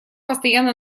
постоянно